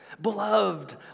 Beloved